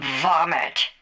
vomit